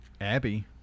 Abby